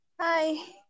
Hi